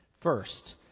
First